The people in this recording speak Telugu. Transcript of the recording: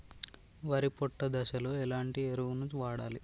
వరి పొట్ట దశలో ఎలాంటి ఎరువును వాడాలి?